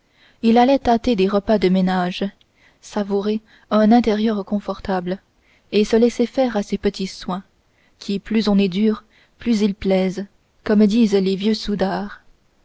il allait tâter des repas de ménage savourer un intérieur confortable et se laisser faire à ces petits soins qui plus on est dur plus ils plaisent comme disent les vieux soudards